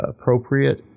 Appropriate